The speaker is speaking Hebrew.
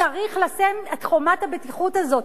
צריך לשים את חומת הבטיחות הזאת,